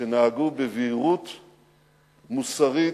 שנהגו בבהירות מוסרית,